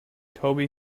toby